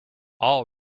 all